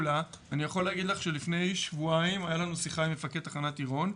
אני יכול להגיד לך שלפני שבועיים הייתה לנו שיחה עם מפקד תחנת עירון,